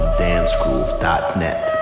dancegroove.net